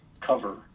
cover